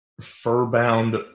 fur-bound